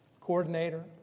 coordinator